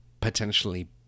potentially